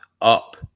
up